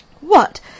What